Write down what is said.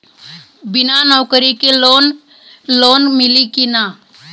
बिना नौकरी के लोन मिली कि ना?